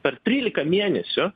per trylika mėnesių